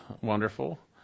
wonderful